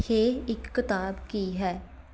ਹੇ ਇੱਕ ਕਿਤਾਬ ਕੀ ਹੈ